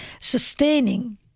sustaining